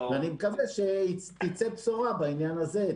ואני מקווה שתצא בשורה בעניין הזה,